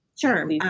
sure